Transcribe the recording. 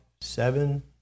seven